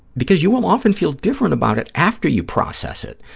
because you will often feel different about it after you process it,